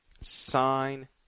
sign